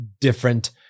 different